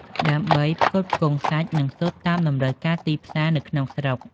ដើម្បីផ្គត់ផ្គង់សាច់ និងស៊ុតតាមតម្រូវការទីផ្សារនៅក្នុងស្រុក។